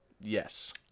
Yes